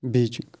Beijing